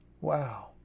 Wow